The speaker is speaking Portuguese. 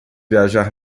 viajar